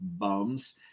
bums